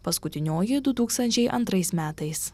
paskutinioji du tūkstančiai antrais metais